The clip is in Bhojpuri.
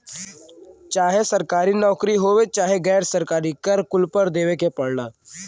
चाहे सरकारी नउकरी होये चाहे गैर सरकारी कर कुल पर देवे के पड़ला